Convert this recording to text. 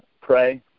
pray